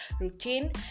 routine